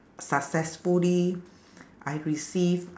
successfully I received